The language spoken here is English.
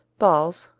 balls,